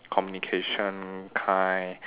communication kind